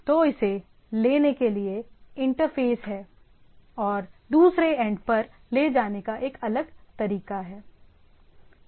तो इसे लेने के लिए इंटरफ़ेस है और उसे दूसरे एंड पर ले जाने का एक अलग तरीका है